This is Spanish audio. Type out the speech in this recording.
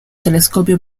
telescopio